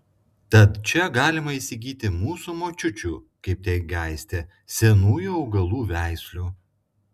tad čia galima įsigyti mūsų močiučių kaip teigia aistė senųjų augalų veislių